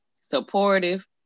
supportive